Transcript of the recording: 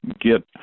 get